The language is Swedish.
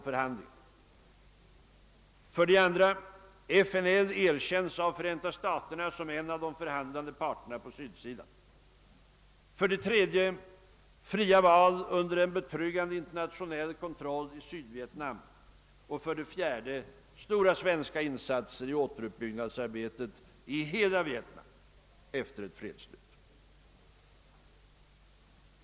FNL erkännes av Förenta staterna som en av de förhandlande parterna på sydsidan 4. stora svenska insatser i återuppbyggnadsarbetet i hela Vietnam efter ett fredsslut.